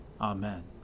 Amen